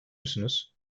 musunuz